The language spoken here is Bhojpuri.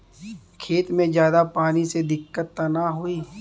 खेत में ज्यादा पानी से दिक्कत त नाही होई?